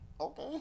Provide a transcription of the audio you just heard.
okay